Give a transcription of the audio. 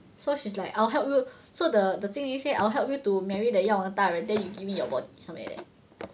so she's like I'll help you so the the 精灵 say I'll help you to marry that 药王大人 then you give me your body something like that